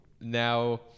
now